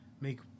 make